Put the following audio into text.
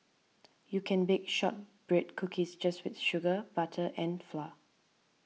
you can bake Shortbread Cookies just with sugar butter and flour